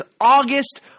August